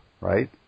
right